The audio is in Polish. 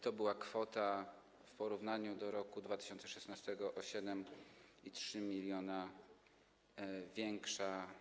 To była kwota w porównaniu do roku 2016 o 7,3 mln większa.